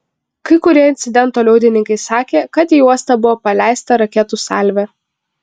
kai kurie incidento liudininkai sakė kad į uostą buvo paleista raketų salvė